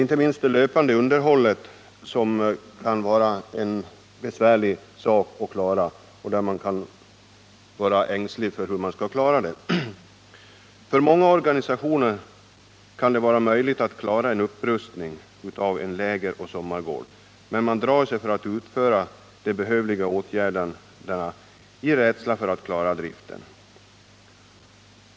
Inte minst det löpande underhållet kan vara besvärligt att klara, och man kan bekymra sig över hur man skall kunna gå i land med det. Många organisationer kan klara en upprustning av en lägeroch sommargård, men de drar sig för att utföra de behövliga åtgärderna på grund av osäkerhet om huruvida de skall klara driften.